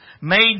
made